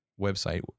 website